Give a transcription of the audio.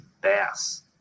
bass